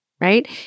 right